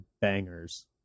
bangers